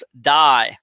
die